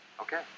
Okay